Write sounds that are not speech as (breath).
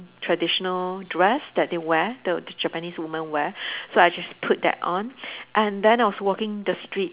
traditional dress that they wear the the Japanese women wear (breath) so I just put that on (breath) and then I was walking the street